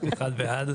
הצבעה בעד,